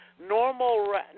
normal